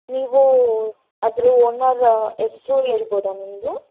ನೀವು ಅದರ ಓನರ್ ಹೆಸರು ಹೇಳ್ಬೋದ ನಿಮ್ಮದು